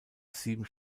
sieben